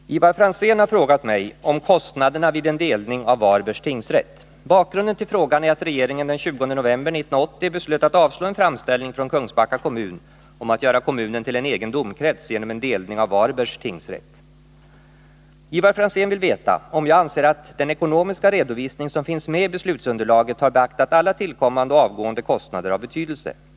Herr talman! Ivar Franzén har frågat mig om kostnaderna vid en delning av Varbergs tingsrätt. Bakgrunden till frågan är att regeringen den 20 november 1980 beslöt att avslå en framställning från Kungsbacka kommun om att göra kommunen till en egen domkrets genom en delning av Varbergs tingsrätt. Ivar Franzén vill veta om jag anser att det i den ekonomiska redovisning som finns med i beslutsunderlaget har beaktats alla tillkommande och avgående kostnader av betydelse.